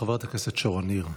חברת הכנסת שרון ניר,